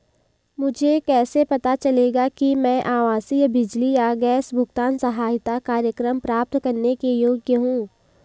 मुझे कैसे पता चलेगा कि मैं आवासीय बिजली या गैस भुगतान सहायता कार्यक्रम प्राप्त करने के योग्य हूँ?